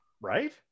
right